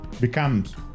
becomes